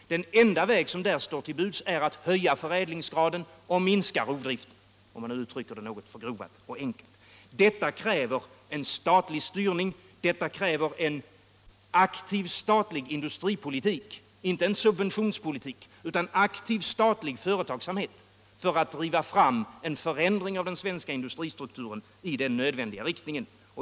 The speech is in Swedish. Den enda väg som där står till buds är att höja förädlingsgraden och minska rovdriften, för att uttrycka det något förgrovat och enkelt. Detta kräver en statlig styrning, en aktiv statlig industripolitik, inte en subventionspolitik, utan en aktiv statlig företagsamhet, för att driva fram en förändring av den svenska industristruk turen i den nödvändiga riktningen.